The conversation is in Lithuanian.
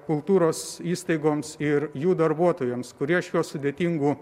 kultūros įstaigoms ir jų darbuotojams kurie šiuo sudėtingu